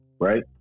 Right